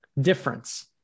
Difference